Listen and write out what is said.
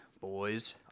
boys